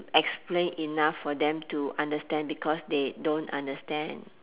explain enough for them to understand because they don't understand